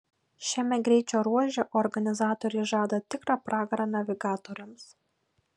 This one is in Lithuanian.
šiame greičio ruože organizatoriai žada tikrą pragarą navigatoriams